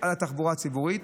על התחבורה הציבורית.